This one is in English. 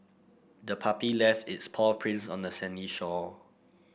the puppy left its paw prints on the sandy shore